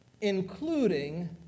including